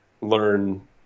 learn